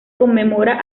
conmemora